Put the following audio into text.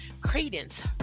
credence